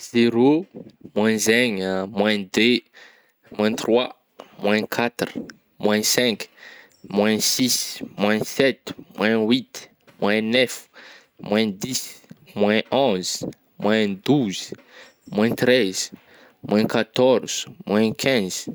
Zero, moins un-gna, moins deux, moins trois, moins quatre, moins cinq, moins six, moins sept, moins huit, moins neuf, moins dix, moins onze, moins douze, moins treize, moins quatorze, moins quinze.